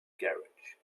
garage